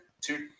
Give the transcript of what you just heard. two